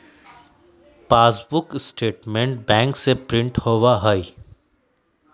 passbook statement bank से print होबा हई